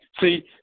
see